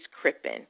crippen